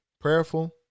prayerful